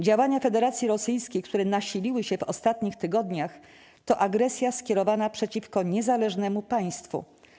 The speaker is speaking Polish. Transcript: Działania Federacji Rosyjskiej, które nasiliły się w ostatnich tygodniach, to agresja skierowana przeciwko niezależnemu państwu.